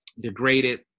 degraded